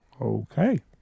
Okay